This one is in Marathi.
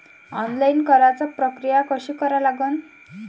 ऑनलाईन कराच प्रक्रिया कशी करा लागन?